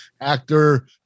actor